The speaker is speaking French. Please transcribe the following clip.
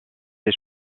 des